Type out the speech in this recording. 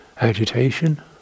agitation